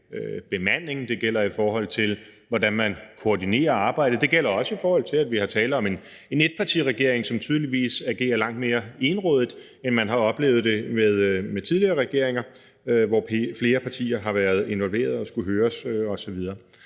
det gælder, i forhold til hvordan man koordinerer arbejdet, og det gælder også, i forhold til at vi taler om en etpartiregering, som tydeligvis agerer langt mere egenrådigt, end man har oplevet det med tidligere regeringer, hvor flere partier har været involveret og skulle høres osv.